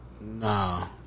nah